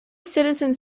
citizens